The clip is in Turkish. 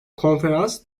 konferans